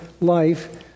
life